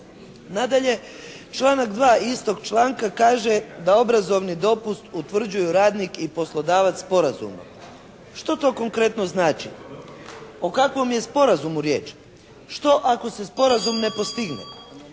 Nadalje, članak 2. istog članka kaže da obrazovni dopust utvrđuju radnik i poslodavac sporazumno. Što to konkretno znači? O kakvom je sporazumu riječ? Što ako se sporazum ne postigne?